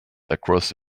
across